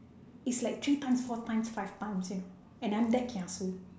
is like three times four times five times you know and I am that kiasu